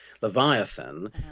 Leviathan